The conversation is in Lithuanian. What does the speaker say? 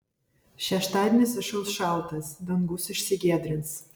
šeštadienis išauš šaltas dangus išsigiedrins